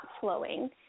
flowing